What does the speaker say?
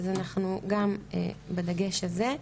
אז אנחנו גם בדגש הזה.